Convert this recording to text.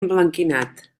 emblanquinat